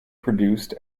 produced